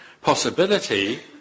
possibility